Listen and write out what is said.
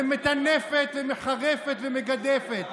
ומטנפת ומחרפת ומגדפת.